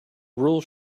rules